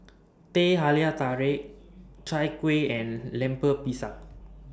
Teh Halia Tarik Chai Kuih and Lemper Pisang